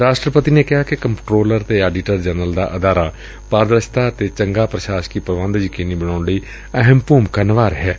ਰਾਸ਼ਟਰਪਤੀ ਨੇ ਕਿਹਾ ਕਿ ਕੰਪਟਰੋਲਰ ਅਤੇ ਆਡੀਟਰ ਜਨਰਲ ਦਾ ਅਦਾਰਾ ਪਾਰਦਰਸ਼ਤਾ ਅਤੇ ਚੰਗਾ ਪ੍ਰਸ਼ਾਸਕੀ ਪ੍ਰਬੰਧ ਯਕੀਨੀ ਬਣਾਉਣ ਲਈ ਅਹਿਮ ਭੂਮਿਕਾ ਨਿਭਾ ਰਿਹੈ